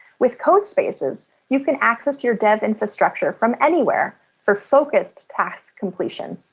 with codespaces, you can access your dev infrastructure from anywhere for focused task completion.